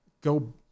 go